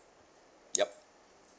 yup